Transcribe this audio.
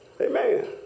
Amen